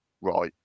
right